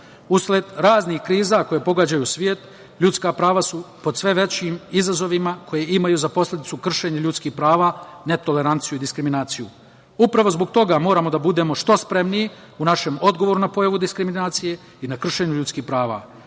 Usled raznih kriza koje pogađaju svet ljudska prava su pod sve većim izazovima koji imaju za posledicu kršenje ljudskih prava, netoleranciju i diskriminaciju. Upravo zbog toga moramo da budemo što spremniji u našem odgovoru na pojavu diskriminacije i na kršenju ljudskih prava. Naši